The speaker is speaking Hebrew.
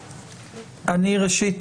בפתח הדברים, ראשית